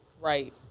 right